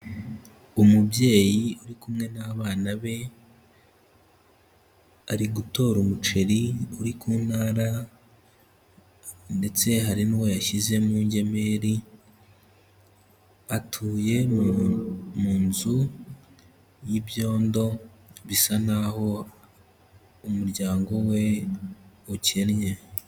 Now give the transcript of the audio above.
Umubyeyi uri kumwe n'abana be, ari gutora umuceri uri ku ntara, ndetse hari n'uwo yashyize mu ngemeri. Atuye mu nzu y'ibyondo, bisa naho umuryango we ukennye.